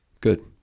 Good